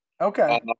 Okay